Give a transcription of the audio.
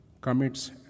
commits